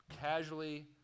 casually